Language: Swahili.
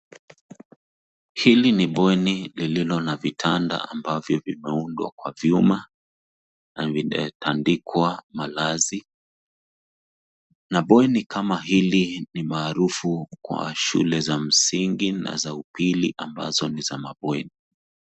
Hili ni bweni lililo na vitanda ambavyo vimeundwa kwa vyuma na vimetandikwa malazi na bweni kama hili ni maarufu kwa shule za msingi na za upili ambazo ni za mabweni.